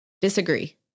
disagree